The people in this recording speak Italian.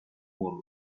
moore